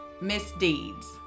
Misdeeds